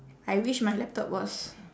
I wish my laptop was